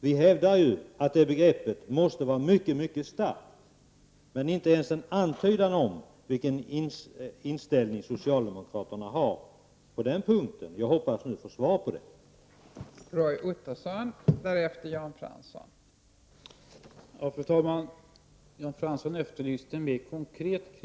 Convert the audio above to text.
Vi hävdar att det begreppet måste vara mycket starkt men jag fick inte ens höra en antydan om socialdemokraternas inställning på den punkten. Jag hoppas nu att få svar på min fråga.